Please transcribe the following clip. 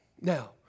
Now